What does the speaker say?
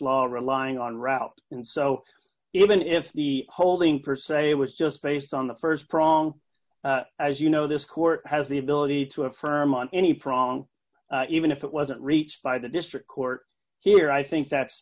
law relying on route in so even if the holding perceval was just based on the st prong as you know this court has the ability to affirm on any prong even if it wasn't reached by the district court here i think that's